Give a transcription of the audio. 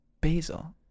Basil